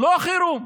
לא חירום.